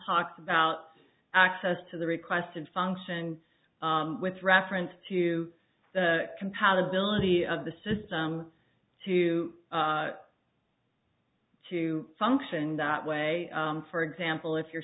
talks about access to the requested function with reference to the compatibility of the system to you to function that way for example if your